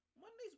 Mondays